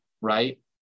right